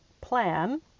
plan